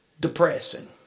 depressing